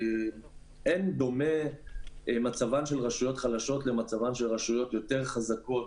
שאין דומה מצבן של רשויות חלשות למצבן של רשויות יותר חזקות.